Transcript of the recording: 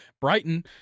Brighton